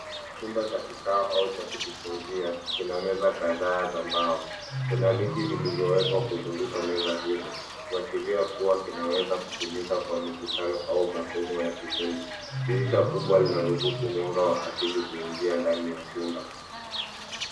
Chumba cha kikao au cha kujifunzia kina meza kadhaa za mbao. Kuna viti vilivyowekwa kuzunguka meza hizo kuwashiria kuwa kinaweza kutumika kwa mikutano au masomo ya kikundi. Dirisha kubwa linalo ruhusu mwanga wa asili kuingia ndani ya chumba.